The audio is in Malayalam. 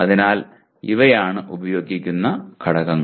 അതിനാൽ ഇവയാണ് ഉപയോഗിക്കുന്ന പടങ്ങൾ